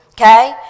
Okay